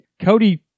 Cody